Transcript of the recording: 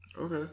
Okay